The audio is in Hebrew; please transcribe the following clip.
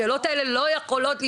השאלות האלה לא יכולות להישאל.